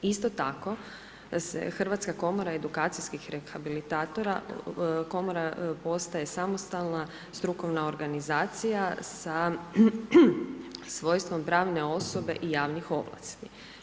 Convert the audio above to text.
Isto tako se Hrvatska komora edukacijskih rehabilitatora, komora postaje samostalna strukovna organizacija sa svojstvom pravne osobe i javnih ovlasti.